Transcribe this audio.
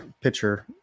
pitcher